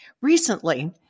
Recently